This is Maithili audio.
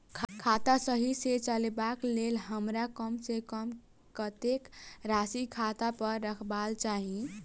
खाता सही सँ चलेबाक लेल हमरा कम सँ कम कतेक राशि खाता पर रखबाक चाहि?